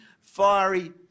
fiery